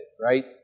right